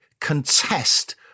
contest